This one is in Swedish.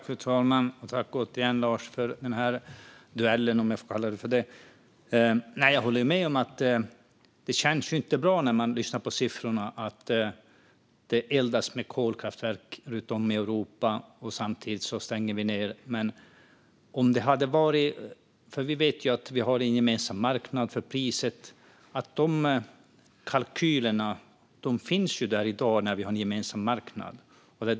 Fru talman! Tack, Lars, för den här duellen - om jag får kalla det en duell. Jag håller med om att det när man tittar på siffrorna inte känns bra att det eldas med kolkraftverk runt om i Europa samtidigt som vi stänger ned. Vi har ju en gemensam marknad för priset, och kalkylerna finns där i dag när vi har en gemensam marknad.